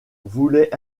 voulait